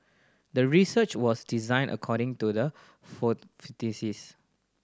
the research was designed according to the